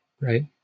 Right